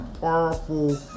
powerful